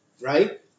right